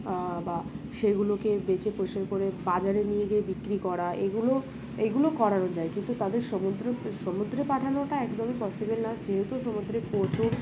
বা সেগুলোকে বেঁচে পচে করে বাজারে নিয়ে গিয়ে বিক্রি করা এগুলো এগুলো করানো যায় কিন্তু তাদের সমুদ্র সমুদ্রে পাঠানোটা একদমই পসিবল না যেহেতু সমুদ্রে প্রচুর